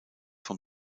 vom